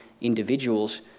individuals